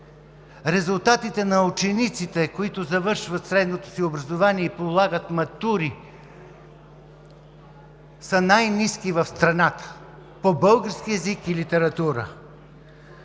Резултатите на учениците, които завършват средното си образование и полагат матури по български език и литература,